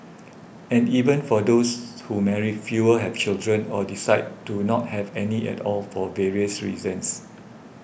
and even for those who marry fewer have children or decide to not have any at all for various reasons